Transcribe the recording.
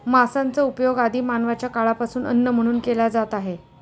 मांसाचा उपयोग आदि मानवाच्या काळापासून अन्न म्हणून केला जात आहे